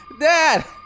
Dad